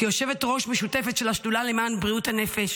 כיושבת-ראש משותפת של השדולה למען בריאות הנפש